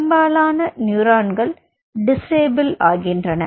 பெரும்பாலான நியூரான்கள் disable ஆகின்றன